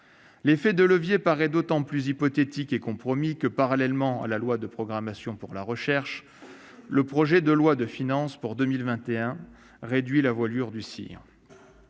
L'effet de levier paraît d'autant plus hypothétique et compromis que, parallèlement à la loi de programmation pour la recherche, le projet de loi de finances pour 2021 réduit la voilure du CIR.